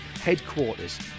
headquarters